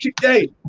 hey